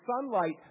sunlight